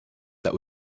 that